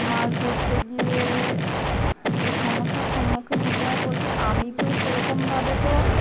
মাছ ধরতে গিয়ে সমস্যার সম্মুখীন হতে হয় বলতে আমি তো সেরকমভাবে তো